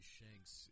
Shanks